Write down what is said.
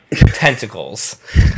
tentacles